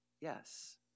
yes